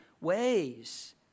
ways